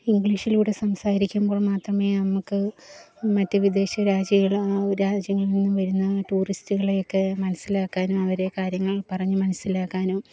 ഇങ്ക്ളീഷിലൂടെ സംസാരിക്കുമ്പോൾ മാത്രമേ നമുക്ക് മറ്റ് വിദേശ രാജികൾ രാജ്യങ്ങളിൽ നിന്ന് വരുന്ന ടൂറിസ്റ്റുകളെയെക്കെ മനസ്സിലാക്കാനും അവരെ കാര്യങ്ങൾ പറഞ്ഞ് മനസ്സിലാക്കാനും